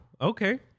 Okay